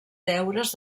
deures